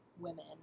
women